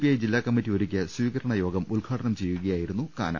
I ജില്ലാ കമ്മിറ്റി ഒരുക്കിയ സ്വീകരണ യോഗം ഉദ്ഘാടനം ചെയ്യുകയായിരുന്നു കാനം